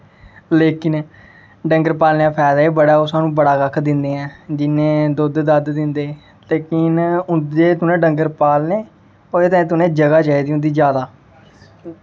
लेकिन डंगर पालने दा फैदा बी बड़ा ऐ ओह् सानूं बड़ा कक्ख दि'न्ने ऐ दि'न्ने दुद्ध दाद्ध दिंदे लेकिन उं'दे कोला दा डंगर पालने ओह्दे तांहीं तुसें जगह् चाहिदी दी होंदी जादा